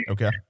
Okay